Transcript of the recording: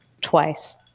Twice